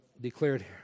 declared